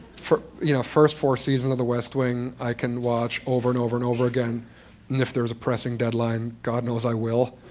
you know first four seasons of the west wing, i can watch over and over and over again, and if there is a pressing deadline, god knows i will.